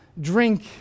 drink